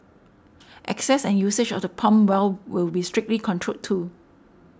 access and usage of the pump well will be strictly controlled too